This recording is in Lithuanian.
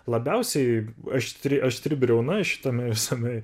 labiausiai aštri aštri briauna šitame visame